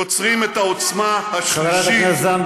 יוצרים את העוצמה השלישית,